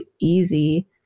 easy